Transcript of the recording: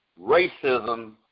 racism